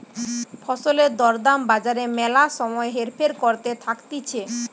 ফসলের দর দাম বাজারে ম্যালা সময় হেরফের করতে থাকতিছে